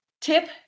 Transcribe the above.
tip